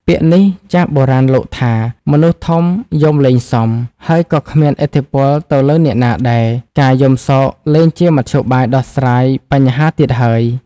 ពាក្យនេះចាស់បុរាណលោកថា មនុស្សធំយំលែងសម ហើយក៏គ្មានឥទ្ធិពលទៅលើអ្នកណាដែរ ការយំសោកលែងជាមធ្យោបាយដោះស្រាយបញ្ហាទៀតហើយ។